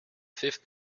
fifth